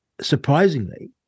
surprisingly